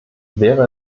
wäre